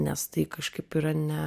nes tai kažkaip yra ne